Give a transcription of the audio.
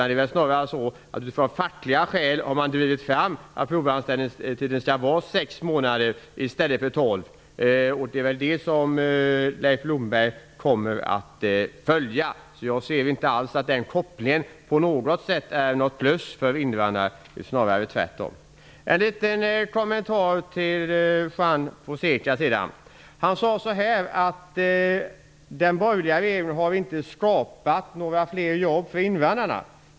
Det är snarare så att man av fackliga skäl har drivit fram att provanställningstiden skall vara högst sex månader i stället för tolv. Det kravet kommer Leif Blomberg att följa. Jag ser alltså inte alls att den kopplingen på något sätt skulle vara något plus för invandrarna, snarare tvärtom. En liten kommentar till Juan Fonseca. Han sade att den borgerliga regeringen inte har skapat fler jobb för invandrarna.